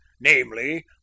namely